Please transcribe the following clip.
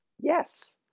Yes